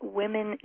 women